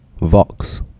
Vox